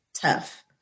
tough